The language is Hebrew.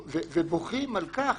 ובוכים על כך